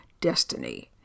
destiny